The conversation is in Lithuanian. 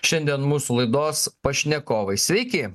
šiandien mūsų laidos pašnekovai sveiki